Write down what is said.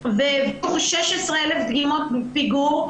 מ-30,000 ויש 16,000 דגימות בפיגור.